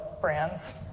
brands